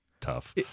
tough